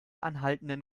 anhaltenden